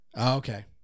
okay